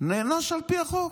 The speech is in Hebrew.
נענש על פי החוק,